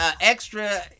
extra